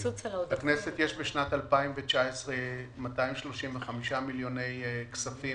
לכנסת יש בשנת 2019 עודפים בסך 235 מיליוני שקלים